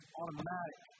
automatic